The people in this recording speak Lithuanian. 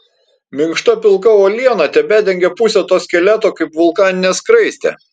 minkšta pilka uoliena tebedengė pusę to skeleto kaip vulkaninė skraistė